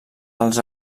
dels